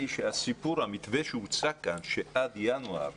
שסיפור המתווה שהוצג כאן לפיו עד ינואר